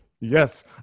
Yes